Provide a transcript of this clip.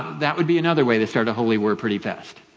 that would be another way to start a holy war pretty fast.